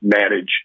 manage